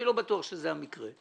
אני לא בטוח שזה המקרה.